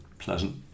Pleasant